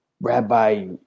Rabbi